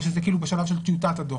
או שזה בשלב של טיוטת הדוח?